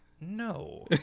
no